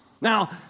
now